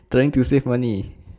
trying to save money